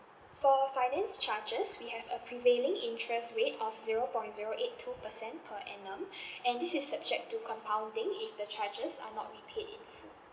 for finance charges we have a prevailing interest rate of zero point zero eight two percent per annum and this is subject to compounding if the charges are not repaid it full